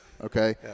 okay